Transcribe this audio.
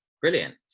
brilliant